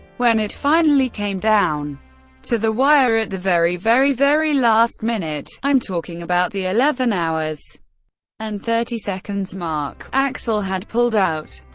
when it finally came down to the wire at the very, very, very last-minute i'm talking about the eleven hours and thirty seconds mark axl had pulled out.